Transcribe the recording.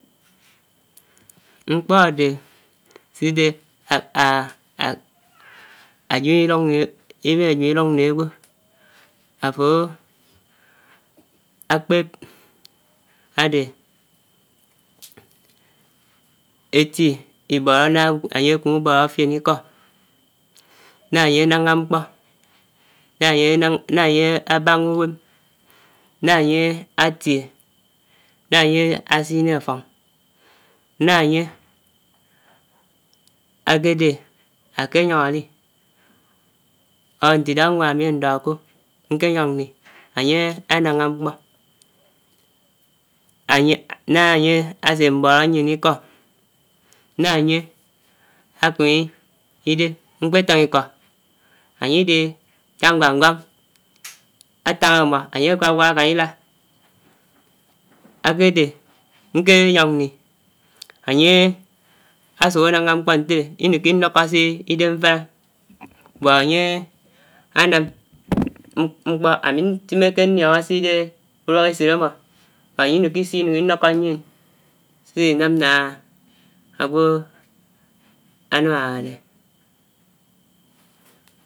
Mkpò ádé sè dè áyid itòng, yè, èbèn áyid ilòng mè ágwò àfò ákpèb ádè ti’bóró. ná ányè ákpu-bóró fién ikó, ná ánye nángá mkpò, ná ányè ábángà uwèm, ná ányè àtiè ná ányé ásine áffong, ná ányè ákèdè ákènyòng ádi or ntè idághá nwán ami ndòhò kò nkènyòng ndi ányè, ánángá mkpò, ányè, ná ányè ásèmbòro nyèn ikó, ná ányè àkèmi dè mkpé táng ikó ányè idèhè átá nwak-nwak, átong ámò ányè wák wák ákán áilà, ákàdè nkè nyòng ndi ányè ásuk ánángà mkpò ntèdè inèkè dókó sè idì mfáná but ányè ánàm mkpo ámi ntimmèkè ndiòngò si dè uduák èsit ámo, or ányè inuku isiò inuk indòkò nyèn sè nám ná ágwò ánám áde.